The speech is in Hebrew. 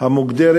המוגדרים